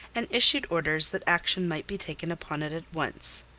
and issued orders that action might be taken upon it at once.